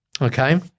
okay